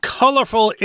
colorful